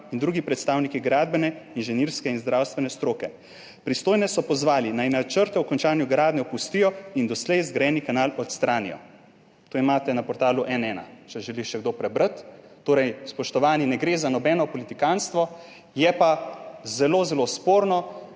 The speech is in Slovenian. in drugi predstavniki gradbene, inženirske in zdravstvene stroke. Pristojne so pozvali, naj načrte o končanju gradnje opustijo in doslej zgrajeni kanal odstranijo. To imate na portalu N1, če želi še kdo prebrati. Torej, spoštovani, ne gre za nobeno politikantstvo, je pa zelo, zelo sporno,